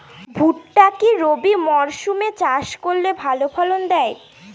ভুট্টা কি রবি মরসুম এ চাষ করলে ভালো ফলন দেয়?